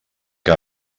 que